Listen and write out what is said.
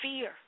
fear